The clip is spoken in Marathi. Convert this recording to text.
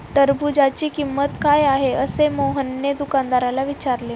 टरबूजाची किंमत काय आहे असे मोहनने दुकानदाराला विचारले?